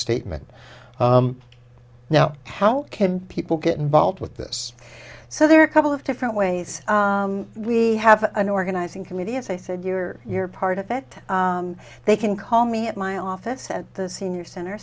statement now how can people get involved with this so there are a couple of different ways we have an organizing committee as i said you're you're part of it they can call me at my office at the senior center